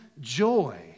joy